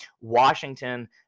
Washington